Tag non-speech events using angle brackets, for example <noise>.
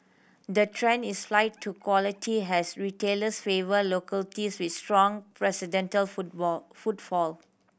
the trend is flight to quality has retailers favour localities with strong <unintelligible> football footfall